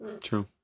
True